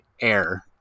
air